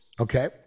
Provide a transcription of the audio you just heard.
Okay